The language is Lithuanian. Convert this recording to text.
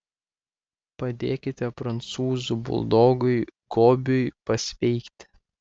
padėkite prancūzų buldogui gobiui pasveikti